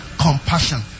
Compassion